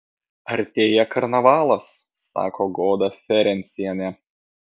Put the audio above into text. artėja karnavalas sako goda ferencienė